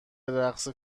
رقص